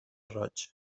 roig